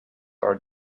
are